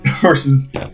Versus